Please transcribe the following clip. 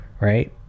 Right